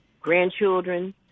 grandchildren